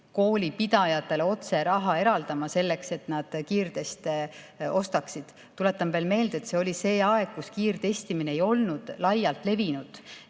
koolipidajatele otse raha eraldama, selleks et nad kiirteste ostaksid. Tuletan veel meelde, et see oli aeg, kus kiirtestimine ei olnud laialt levinud.